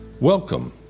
Welcome